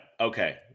Okay